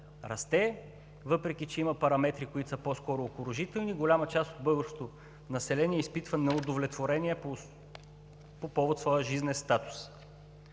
расте, въпреки че има параметри, които са по-скоро окуражителни, голяма част от българското население изпитва неудовлетворение по повод своя жизнен статус.